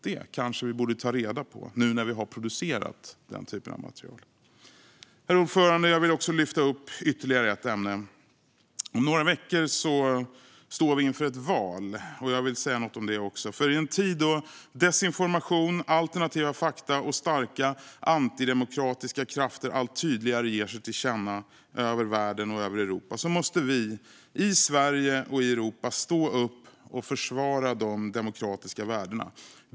Det kanske vi borde ta reda på nu när vi har producerat den typen av material Herr talman! Jag vill lyfta upp ytterligare ett ämne. Om några veckor står vi inför ett val, och jag vill säga något om det också. För i en tid då desinformation, alternativa fakta och starka antidemokratiska krafter allt tydligare ger sig till känna över världen och över Europa måste vi, i Sverige och i Europa, stå upp och försvara de demokratiska värdena.